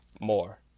more